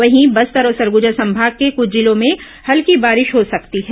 वहीं बस्तर और सरगुजा संभाग के कुछ जिलों में हल्की बारिश हो सकती है